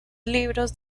libros